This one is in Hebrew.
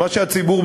והציבור,